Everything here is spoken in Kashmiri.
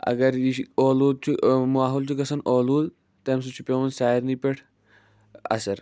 اَگر یہِ ٲلوٗدٕ چھُ ماحول چھُ گژھان ٲلوٗدٕ تَمہِ سۭتۍ چھُ پٮ۪وان سارنٕے پٮ۪ٹھ اَثر